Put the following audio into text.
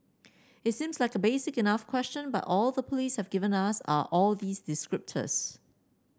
it seems like a basic enough question but all the police have given us are all these descriptors